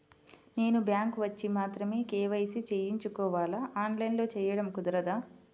నేను బ్యాంక్ వచ్చి మాత్రమే కే.వై.సి చేయించుకోవాలా? ఆన్లైన్లో చేయటం కుదరదా?